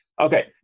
okay